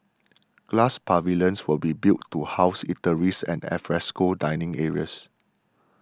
glass pavilions will be built to house eateries and alfresco dining areas